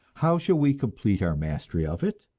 how shall we complete our mastery of it?